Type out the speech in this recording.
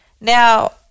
Now